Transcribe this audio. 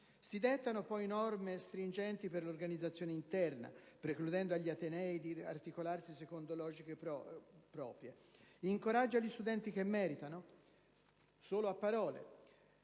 Si dettano poi norme stringenti per l'organizzazione interna, precludendo agli atenei di articolarsi secondo logiche proprie. Incoraggia gli studenti che meritano? Solo a parole,